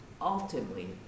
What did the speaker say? ultimately